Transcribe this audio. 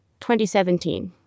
2017